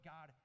God